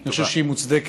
אני חושב שהיא מוצדקת